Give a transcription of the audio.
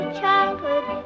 childhood